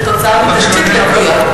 בגלל תשתית לקויה.